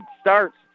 starts